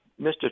Mr